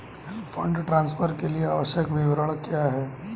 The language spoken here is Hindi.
फंड ट्रांसफर के लिए आवश्यक विवरण क्या हैं?